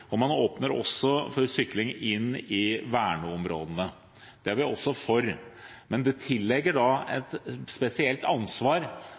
Man åpner også for sykling inn i verneområdene. Det er vi også for. Men det tillegger da verneforskriftene et spesielt ansvar,